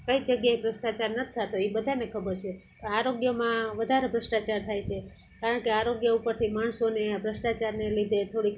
કઈ જગ્યાએ ભ્રષ્ટાચાર નથી થતો એ બધાને ખબર છે પણ આરોગ્યમાં વધારે ભ્રષ્ટાચાર થાય છે કારણ કે આરોગ્ય ઉપરથી માણસોને ભ્રષ્ટાચારને લીધે થોડીક